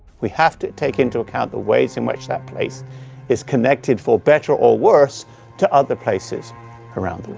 we have to take into account the ways in which that place is connected for better or worse to other places around